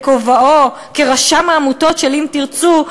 בכובעו כרשם העמותות של "אם תרצו",